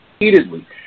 repeatedly